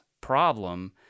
problem